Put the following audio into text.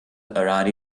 around